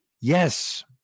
yes